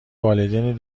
والدین